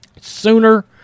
sooner